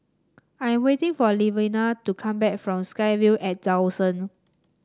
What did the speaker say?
I am waiting for Levina to come back from SkyVille at Dawson